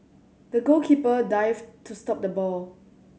the goalkeeper dived to stop the ball